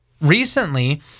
Recently